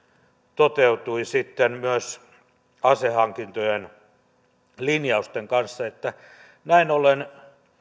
toteutui sitten myös asehankintojen linjausten kanssa näin ollen